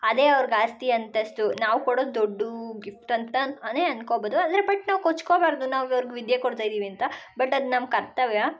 ಅದೇ ಅವ್ರ್ಗೆ ಆಸ್ತಿ ಅಂತಸ್ತು ನಾವು ಕೊಡೋ ದುಡ್ಡು ಗಿಫ್ಟಂತಾನೇ ಅಂದ್ಕೊಬೋದು ಆದರೆ ಬಟ್ ನಾವು ಕೊಚ್ಕೋಬಾರದು ನಾವು ಅವ್ರ್ಗೆ ವಿದ್ಯೆ ಕೊಡ್ತಾ ಇದ್ದೀವಿ ಅಂತ ಬಟ್ ಅದು ನಮ್ಮ ಕರ್ತವ್ಯ